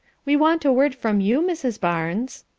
we want a word from you, mrs. barnes.